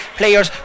players